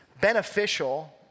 beneficial